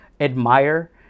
admire